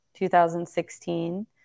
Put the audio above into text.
2016